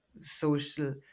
social